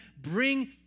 bring